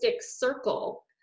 circle